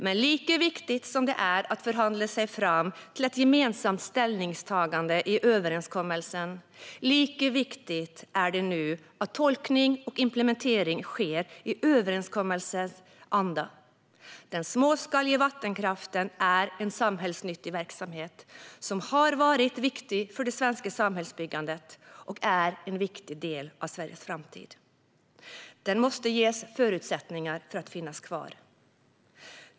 Men lika viktigt som det var att förhandla sig fram till ett gemensamt ställningstagande i överenskommelsen är det nu att tolkning och implementering sker i överenskommelsens anda. Den småskaliga vattenkraften är en samhällsnyttig verksamhet som har varit viktig för det svenska samhällsbyggandet. Den är en viktig del av Sveriges framtid. Den måste ges förutsättningar att finnas kvar.